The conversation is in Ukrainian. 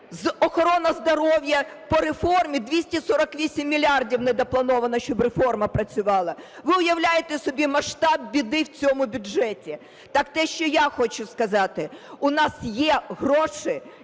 охорона здоров'я. По реформі 248 мільйонів не доплановано, щоб реформа працювала. Ви уявляєте собі масштаб біди в цьому бюджеті? Так те, що я хочу сказати: у нас є гроші